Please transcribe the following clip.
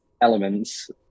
elements